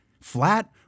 flat